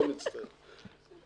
מאוד מצטער.